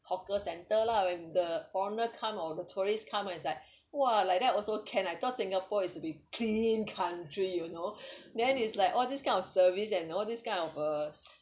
hawker center lah when the foreigner come or the tourists come and it's like !wah! like that also can I thought singapore is to be clean country you know then it's like all this kind of service and all this kind of uh